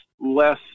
less